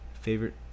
Favorite